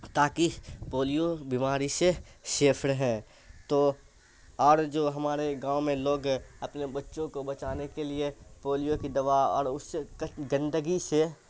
تاکہ پولیو بیماری سے سیف رہے تو اور جو ہمارے گاؤں میں لوگ اپنے بچوں کو بچانے کے لیے پولیو کی دوا اور اس سے گندگی سے